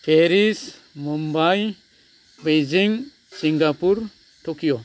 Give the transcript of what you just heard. Paris Mumbai Beijing Singapore Tokyo